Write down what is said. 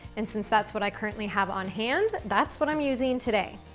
and since that's what i currently have on hand, that's what i'm using today.